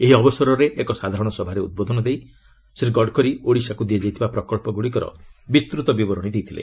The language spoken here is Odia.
ଏହି ଅବସରରେ ଏକ ସାଧାରଣ ସଭାରେ ଉଦ୍ବୋଧନ ଦେଇ ଶ୍ରୀ ଗଡକରୀ ଓଡିଶାକୁ ଦିଆଯାଇଥିବା ପ୍ରକଳ୍ପଗୁଡିକର ବିସ୍ତୃତି ବିବରଣୀ ଦେଇଥିଲେ